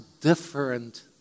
different